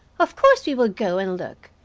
of course we will go and look,